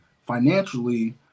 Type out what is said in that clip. financially